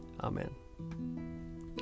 Amen